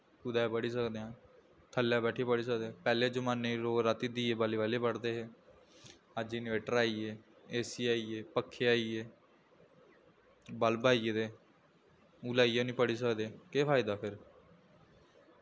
कुदै पढ़ी सकदे आं थल्लै बैठियै पढ़ी सकदे पैह्लें जमान्ने च लोग रातीं दीये बाली बालियै पढ़दे हे अज्ज इनवेटर आई गे ए सी आई गे पक्खे आई गे बल्ब आई गेदे ओह् लाइयै निं पढ़ी सकदे केह् फायदा फिर